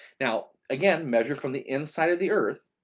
now again, measure from the inside of the earth.